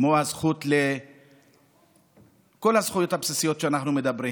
כמו כל הזכויות הבסיסיות שאנחנו מדברים